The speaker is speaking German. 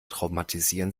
traumatisieren